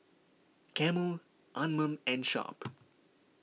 Camel Anmum and Sharp